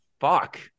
fuck